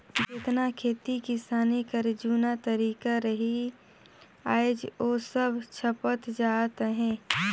जेतना खेती किसानी कर जूना तरीका रहिन आएज ओ सब छपत जात अहे